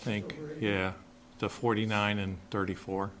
think yeah to forty nine and thirty four